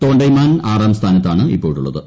തോണ്ടയ്മാൻ ആറാം സ്ഥാനത്താണ് ഇപ്പോഴുള്ളത്